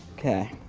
okay,